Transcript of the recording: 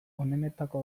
onenetako